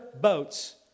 boats